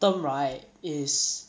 term right is